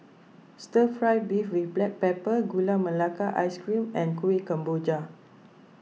Stir Fry Beef with Black Pepper Gula Melaka Ice Cream and Kuih Kemboja